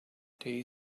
they